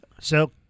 So-